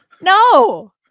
no